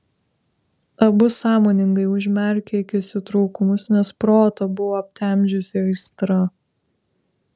abu sąmoningai užmerkė akis į trūkumus nes protą buvo aptemdžiusi aistra